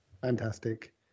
Fantastic